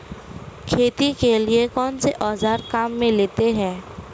खेती के लिए कौनसे औज़ार काम में लेते हैं?